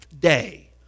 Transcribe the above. day